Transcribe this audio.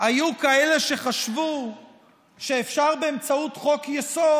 היו כאלה שחשבו שאפשר באמצעות חוק-יסוד